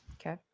okay